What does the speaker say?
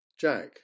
Jack